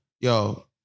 Yo